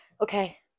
Okay